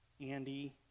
Andy